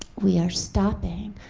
we are stopping